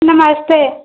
नमस्ते